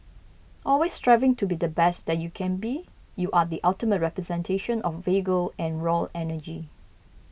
always striving to be the best that you can be you are the ultimate representation of vigour and raw energy